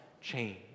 change